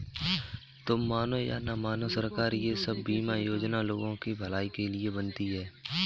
तुम मानो या न मानो, सरकार ये सब बीमा योजनाएं लोगों की भलाई के लिए ही बनाती है